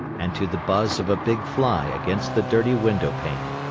and to the buzz of a big fly against the dirty window-pane.